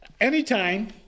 anytime